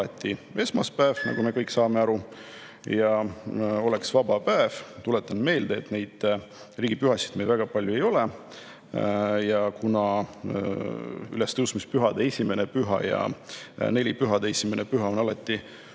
alati esmaspäeval, nagu me kõik aru saame, ja oleks vaba päev. Tuletan meelde, et riigipühasid meil väga palju ei ole, ja kuna ülestõusmispühade esimene püha ja nelipühade esimene püha on alati